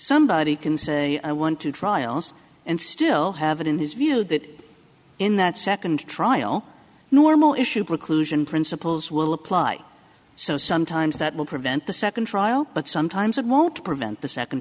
somebody can say i want to trials and still have it in his view that in that second trial normal issue preclusion principles will apply so sometimes that will prevent the second trial but sometimes it won't prevent the second